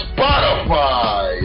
Spotify